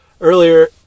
earlier